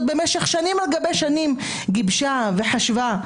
במשך שנים על גבי שנים גיבשה וחשבה,